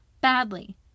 badly